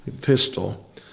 pistol